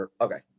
Okay